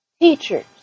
teachers